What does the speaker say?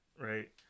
Right